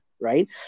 right